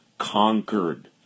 conquered